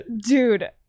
dude